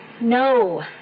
No